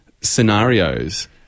scenarios